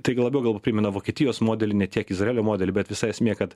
tai gal labiau gal primena vokietijos modelį ne tiek izraelio modelį bet visa esmė kad